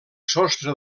sostre